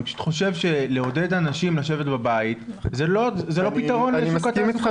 אני פשוט חושב שלעודד אנשים לשבת בבית זה לא פתרון לשוק העבודה,